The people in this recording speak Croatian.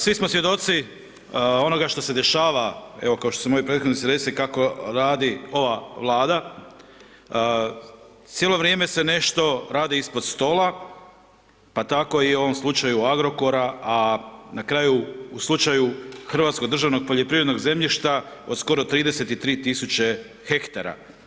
Svi smo svjedoci onoga što se dešava, evo kao što su moji prethodnici rekli kako radi ova Vlada, cijelo vrijeme se nešto radi ispod stola pa tako i u ovom slučaju Agrokora a na kraju u slučaju hrvatskog državnog poljoprivrednog zemljišta od skoro 33 tisuće hektara.